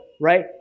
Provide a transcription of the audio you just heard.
right